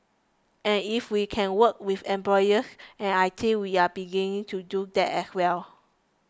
and if we can work with employers and I think we're beginning to do that as well